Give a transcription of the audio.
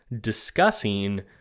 discussing